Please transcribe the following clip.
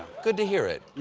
good to hear it.